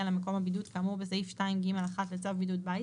למקום הבידוד כאמור בסעיף 2(ג1) לצו בידוד בית